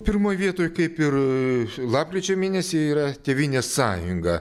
pirmoj vietoj kaip ir lapkričio mėnesį yra tėvynės sąjunga